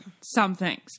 somethings